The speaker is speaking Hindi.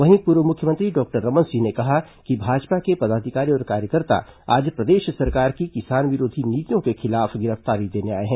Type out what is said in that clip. वहीं पूर्व मुख्यमंत्री डॉक्टर रमन सिंह ने कहा कि भाजपा के पदाधिकारी और कार्यकर्ता आज प्रदेश सरकार की किसान विरोधी नीतियों के खिलाफ गिरफ्तारी देने आए हैं